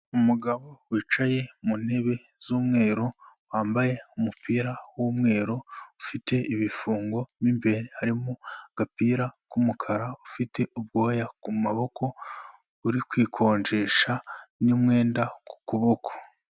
Umugabo wicaye mu ntebe z'umweru, wambaye umupira w'umweru ufite ibifungo, mo imbere harimo agapira k'umukara, ufite ubwoya ku maboko, uri kwikonjesha n'umwenda ku kuboko.